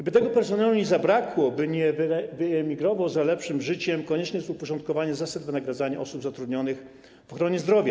Aby tego personelu nie zabrakło, by nie wyemigrował za lepszym życiem, konieczne jest uporządkowanie zasad wynagradzania osób zatrudnionych w ochronie zdrowia.